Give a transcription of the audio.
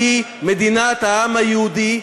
שהיא מדינת העם היהודי,